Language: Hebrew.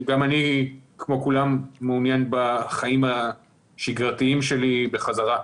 גם אני כמו כולם מעוניין בחיים השגרתיים שלי בחזרה.